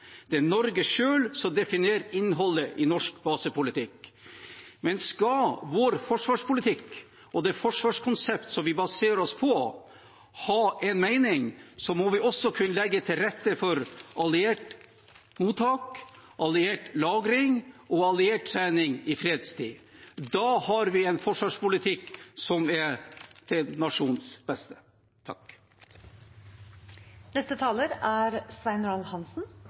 Det er Norge selv som definerer innholdet i norsk basepolitikk. Men skal vår forsvarspolitikk og det forsvarskonseptet som vi baserer oss på, ha en mening, må vi også kunne legge til rette for alliert mottak, alliert lagring og alliert trening i fredstid. Da har vi en forsvarspolitikk som er til nasjonens beste.